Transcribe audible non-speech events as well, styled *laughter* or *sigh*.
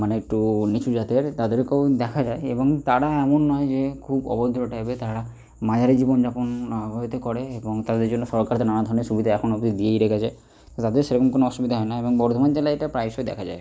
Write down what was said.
মানে একটু নিচু জাতের তাদেরকেও দেখা যায় এবং তারা এমন নয় যে খুব অভদ্র টাইপের তারা মাঝারি জীবন যাপন হয়তো করে এবং তাদের জন্য সরকার তে *unintelligible* নানা ধরনের সুবিধা এখনো অবধি দিয়েই রেখেছে যাতে সেরকম কোনো অসুবিধা হয় না এবং বর্ধমান জেলায় এটা প্রায়শই দেখা যায়